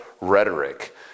rhetoric